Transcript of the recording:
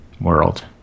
world